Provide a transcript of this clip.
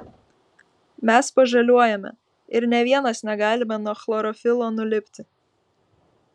mes pažaliuojame ir nė vienas negalime nuo chlorofilo nulipti